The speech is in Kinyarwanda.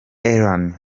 aaron